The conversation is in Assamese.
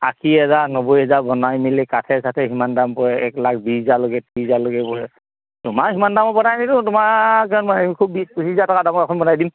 আশী হাজাৰ নব্বৈ হেজাৰ বনাই মেলি কাঠে চাঠে সিমান দাম পৰে একলাখ বিছ হাজাৰলৈকে ত্ৰিছ হাজাৰলৈকে পৰে তোমাক সিমান দামৰ বনাই নিদিওঁ তোমাক খুব বিছ পঁচিছ হাজাৰ টকা দামৰ এখন বনাই দিম